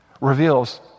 reveals